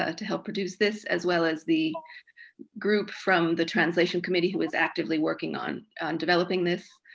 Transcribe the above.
ah to help produce this, as well as the group from the translation committee who is actively working on developing this.